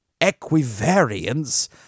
Equivariance